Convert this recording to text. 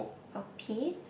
a piece